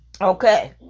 Okay